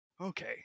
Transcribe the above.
Okay